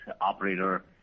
operator